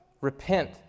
Repent